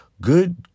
Good